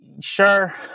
sure